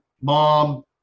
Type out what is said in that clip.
mom